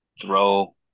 throw